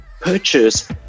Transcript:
purchase